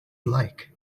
like